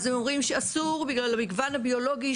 אז הם אומרים שאסור בגלל המגוון הביולוגי,